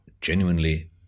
genuinely